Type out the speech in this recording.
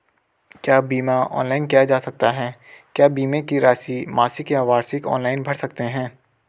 क्या बीमा ऑनलाइन किया जा सकता है क्या बीमे की राशि मासिक या वार्षिक ऑनलाइन भर सकते हैं?